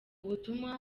butumwa